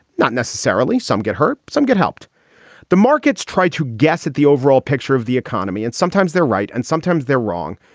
not necessarily. some get hurt, some good helped the markets try to guess at the overall picture of the economy. and sometimes they're right and sometimes they're wrong,